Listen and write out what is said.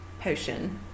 potion